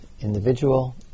individual